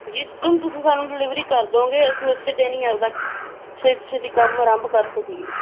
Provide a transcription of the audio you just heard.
ਜਿਸ ਦਿਨ ਤੁਸੀਂ ਸਾਨੂੰ ਡਿਲੀਵਰੀ ਕਰ ਦਉਗੇ ਅਸੀਂ ਉਸ ਦਿਨ ਹੀ ਆਪਣਾ ਛੇਤੀ ਛੇਤੀ ਕੰਮ ਆਰੰਭ ਕਰ ਸਕੀਏ